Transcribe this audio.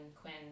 Quinn